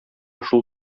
шул